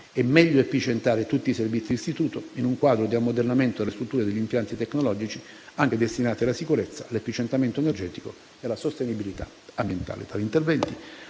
e meglio efficientare tutti i servizi di istituto, in un quadro di ammodernamento delle strutture e degli impianti tecnologici anche destinati alla sicurezza, all'efficientamento energetico e alla sostenibilità ambientale.